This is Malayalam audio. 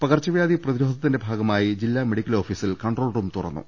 പകർച്ചവ്യാധി പ്രതിരോധത്തിന്റെ ഭാഗമായി ജില്ലാ മെഡി ക്കൽ ഓഫീസിൽ കൺട്രോൾ റൂം തുറന്നു